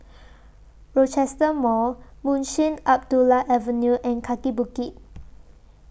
Rochester Mall Munshi Abdullah Avenue and Kaki Bukit